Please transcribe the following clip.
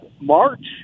march